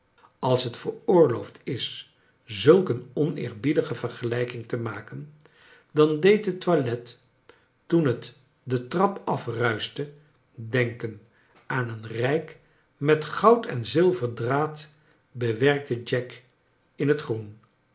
als het veroorloofd is zulk een oneerbiedige vergelijking te maken dan deed het toilet toen het de trap afruischte denken aan een rijk met goud en zilverdraad bewerkte jack in het groen